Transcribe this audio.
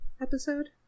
episode